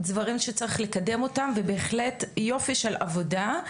דברים שצריך לקדם אותם ובהחלט יופי של עבודה,